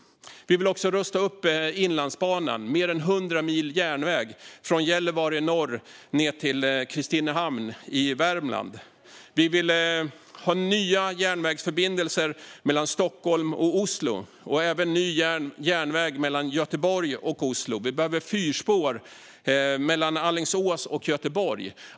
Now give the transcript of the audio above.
Vi vill också rusta upp Inlandsbanan, mer än 100 mil järnväg från Gällivare i norr ned till Kristinehamn i Värmland. Och vi vill ha nya järnvägsförbindelser mellan Stockholm och Oslo och även ny järnväg mellan Göteborg och Oslo. Vi behöver fyrspår mellan Alingsås och Göteborg.